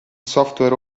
software